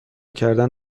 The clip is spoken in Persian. کردن